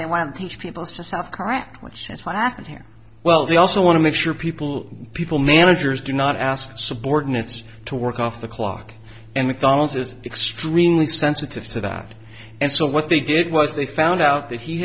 they want these people to south correct which is what happened here well they also want to make sure people people managers do not ask subordinates to work off the clock and mcdonald's is extremely sensitive to that and so what they did was they found out that he